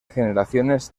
generaciones